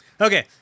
Okay